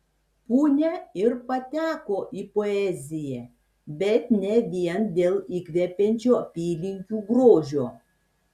punia ir pateko į poeziją bet ne vien dėl įkvepiančio apylinkių grožio